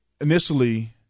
Initially